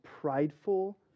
prideful